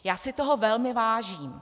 Já si toho velmi vážím.